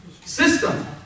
system